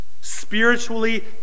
Spiritually